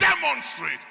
demonstrate